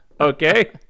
okay